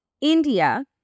India